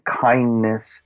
kindness